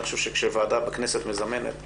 אני חושב שכאשר ועדת כנסת מזמנת,